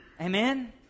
Amen